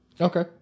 Okay